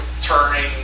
Turning